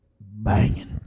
banging